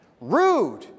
rude